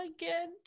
again